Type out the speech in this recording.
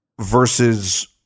versus